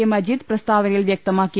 A Majeed പ്രസ്താവനയിൽ വ്യക്തമാക്കി